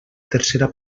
tercera